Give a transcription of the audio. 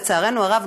לצערנו הרב,